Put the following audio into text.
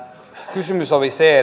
kysymys oli se